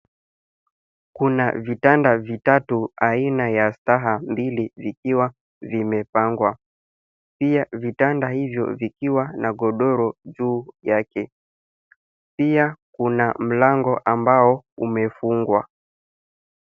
Kuna vitanda viatu aina ya staha mbili vikiwa vimepangwa, pia vitanda hivyo vikiwa na godoro juu yake. Pia kuna mlango ambayo imefungwa.